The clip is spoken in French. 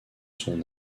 son